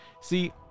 See